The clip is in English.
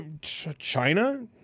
China